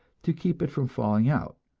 to keep it from falling out,